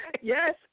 Yes